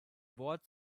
wort